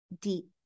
deep